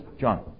John